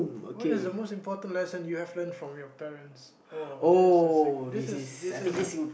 what is the most important lesson you have learn from your parents oh this is this is this is